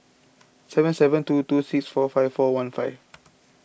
seven seven two two six four five four one five